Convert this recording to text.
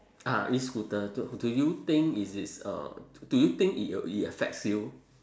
ah E scooter do do you think is it's uh do you think it uh it affects you